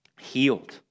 healed